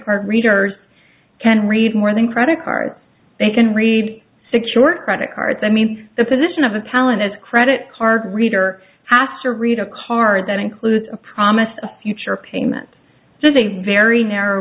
card readers can read more than credit cards they can read secured credit cards i mean the position of a talent as a credit card reader has to read a card that includes a promise of future payments just a very narrow